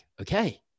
okay